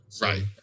Right